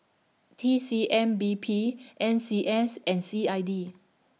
T C M B P N C S and C I D